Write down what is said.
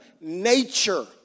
nature